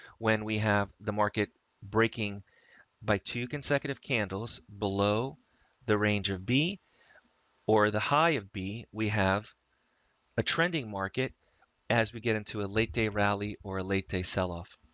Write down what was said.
when we have the market breaking by two consecutive candles below the range of b or the high of b, we have a trending market as we get into a late day rally or a late day sell off.